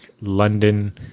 London